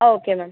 okay ma'am